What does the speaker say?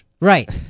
right